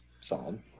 Solid